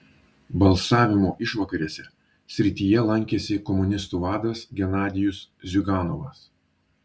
balsavimo išvakarėse srityje lankėsi komunistų vadas genadijus ziuganovas